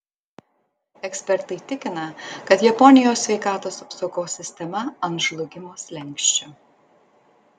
ekspertai tikina kad japonijos sveikatos apsaugos sistema ant žlugimo slenksčio